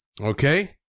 Okay